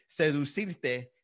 seducirte